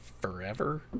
forever